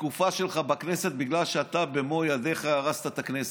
בתקופה שלך בכנסת, כי אתה במו ידיך הרסת את הכנסת.